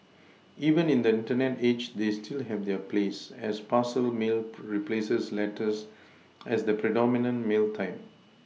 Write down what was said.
even in the Internet age they still have their place as parcel mail replaces letters as the predominant mail type